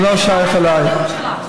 זה לא שייך אליי.